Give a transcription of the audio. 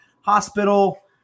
hospital